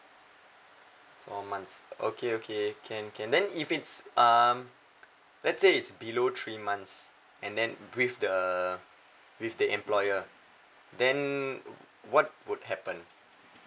four months okay okay can can then if it's um let's say it's below three months and then with the with the employer then what would happen